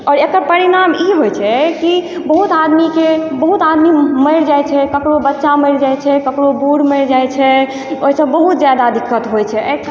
आओर एकर परिणाम ई होइ छै कि बहुत आदमीके बहुत आदमी मरि जाइ छै ककरो बच्चा मरि जाइ छै ककरो बूढ़ मरि जाइ छै ओहिसँ बहुत जादा दिक्कत होइ छै एहिके